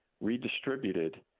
redistributed